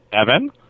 Evan